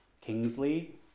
Kingsley